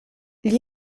gli